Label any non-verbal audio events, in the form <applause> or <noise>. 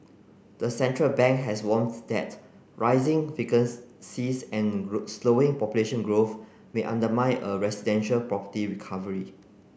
the central bank has warns that rising <unintelligible> and <unintelligible> slowing population growth may undermine a residential property recovery